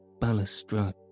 balustrade